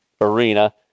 Arena